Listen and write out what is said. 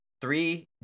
three